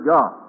God